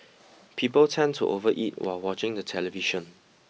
people tend to overeat while watching the television